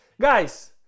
Guys